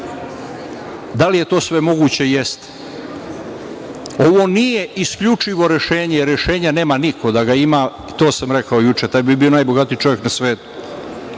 Da li je to sve moguće? Jeste. Ovo nije isključivo rešenje, rešenja nema niko, da ga ima, to sam rekao juče, taj bi bio najbogatiji čovek na svetu,